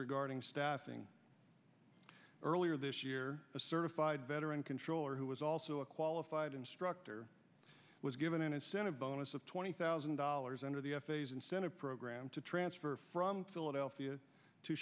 regarding staffing earlier this year a certified veteran controller who was also a qualified instructor was given an incentive bonus of twenty thousand dollars under the f a s incentive program to transfer from philadelphia to